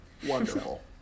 Wonderful